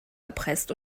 erpresst